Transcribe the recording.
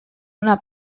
una